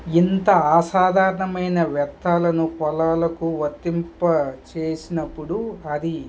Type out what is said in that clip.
ఇంత ఆసాధారణమైన వ్యర్థాలను పొలాలకు వర్తింపజేసినప్పుడు అది